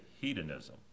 hedonism